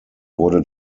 wurde